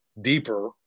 deeper